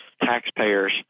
taxpayers